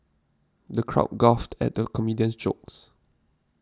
the crowd guffawed at the comedian's jokes